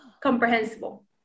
comprehensible